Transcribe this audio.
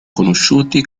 conosciuti